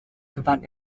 gewann